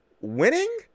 winning